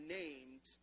named